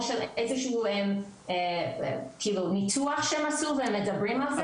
או של איזשהו כאילו ניתוח שהם עשו והם מדברים על זה,